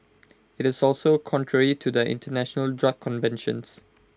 IT is also contrary to the International drug conventions